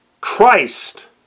Christ